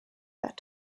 that